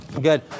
Good